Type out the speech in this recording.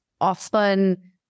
often